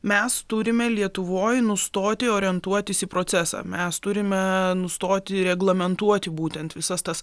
mes turime lietuvoj nustoti orientuotis į procesą mes turime nustoti reglamentuoti būtent visas tas